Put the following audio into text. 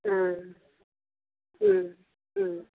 अँ उम् उम्